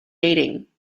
dating